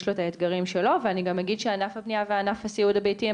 יש לו את האתגרים שלו ואני גם אגיד שענף הבנייה וענף הסיעוד הביתי,